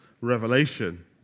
Revelation